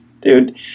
Dude